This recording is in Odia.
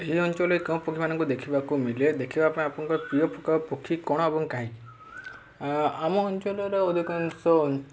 ଏହି ଅଞ୍ଚଳରେ କେଉଁ ପକ୍ଷୀମାନଙ୍କୁ ଦେଖିବାକୁ ମିଳେ ଦେଖିବା ପାଇଁ ଆପଣଙ୍କର ପ୍ରିୟ ପ୍ରକାର ପକ୍ଷୀ କ'ଣ ଏବଂ କାହିଁକି ଆମ ଅଞ୍ଚଳର ଅଧିକାଂଶ